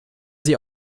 sie